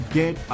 get